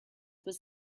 was